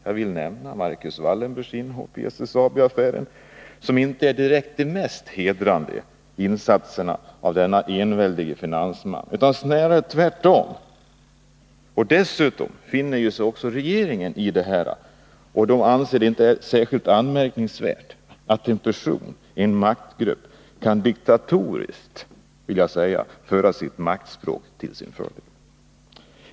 Jag vill nämna Marcus Wallenbergs inhopp i SSAB-affären, vilket inte är den mest hedrande insatsen av denne enväldige finansman, utan snarare tvärtom. Dessutom finner sig också regeringen i detta och anser det inte särskilt anmärkningsvärt att en person, en maktgrupp, diktatoriskt — vill jag säga — kan använda maktspråk till sin fördel.